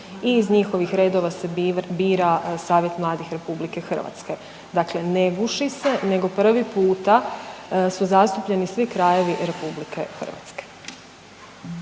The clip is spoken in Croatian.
i iz njihovih redova se bira Savjet mladih RH. Dakle ne guši se nego prvi puta su zastupljeni svi krajevi RH.